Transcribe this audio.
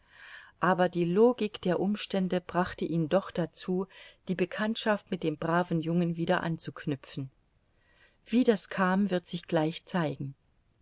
aber die logik der umstände brachte ihn doch dazu die bekanntschaft mit dem braven jungen wieder anzuknüpfen wie das kam wird sich gleich zeigen